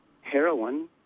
Heroin